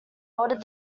ordered